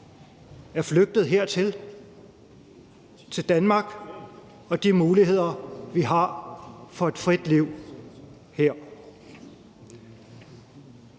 er flygtet hertil – til Danmark og de muligheder, vi har for et frit liv her.